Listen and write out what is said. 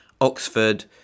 Oxford